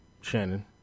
Shannon